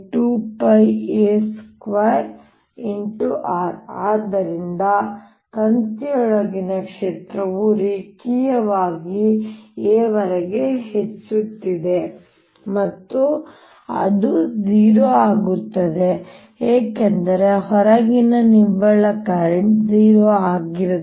r ಆದ್ದರಿಂದ ತಂತಿಯೊಳಗಿನ ಕ್ಷೇತ್ರವು ರೇಖೀಯವಾಗಿ a ವರೆಗೆ ಹೆಚ್ಚುತ್ತಿದೆ ಮತ್ತು ನಂತರ ಅದು 0 ಆಗುತ್ತದೆ ಏಕೆಂದರೆ ಹೊರಗಿನ ನಿವ್ವಳ ಕರೆಂಟ್ 0 ಅನ್ನು ಸುತ್ತುವರೆದಿದೆ